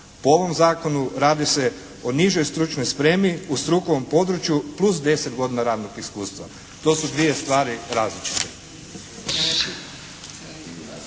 Po ovom zakonu radi se o nižoj stručnoj spremi u strukovnom području plus 10 godina radnog iskustva. To su dvije stvari različite.